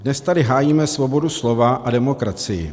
Dnes tady hájíme svobodu slova a demokracii.